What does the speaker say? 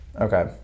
Okay